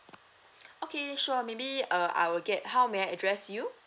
okay sure maybe uh I will get how may I address you